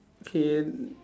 K